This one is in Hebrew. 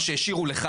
מה שהשאירו לך,